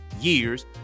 years